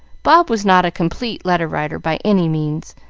bob was not a complete letter-writer by any means,